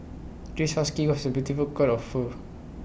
this husky was A beautiful coat of fur